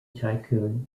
tycoon